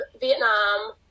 Vietnam